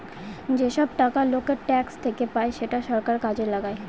যেসব টাকা লোকের ট্যাক্স থেকে পায় সেটা সরকার কাজে লাগায়